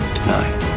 Tonight